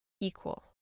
equal